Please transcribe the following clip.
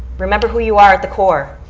remember who you are at the core.